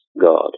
God